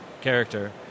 character